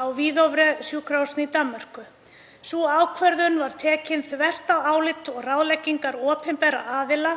á Hvidovre-sjúkrahúsinu í Danmörku. Sú ákvörðun var tekin þvert á álit og ráðleggingar opinberra aðila,